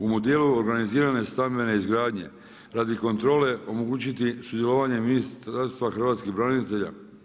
U modelu organiziran stambene izgradnje, radi kontrole omogućiti sudjelovanje ministarstva hrvatskih branitelja.